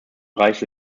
bereich